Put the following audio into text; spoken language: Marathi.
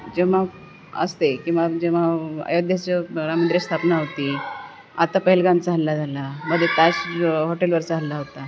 जेव्हा असते किंवा जेव्हा अयोध्याच्या राम स्थापना होती आता पहेलगामचा हल्ला झाला मध्ये ताज हॉटेलवरचा हल्ला होता